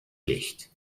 licht